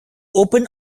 open